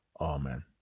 Amen